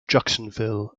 jacksonville